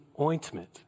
ointment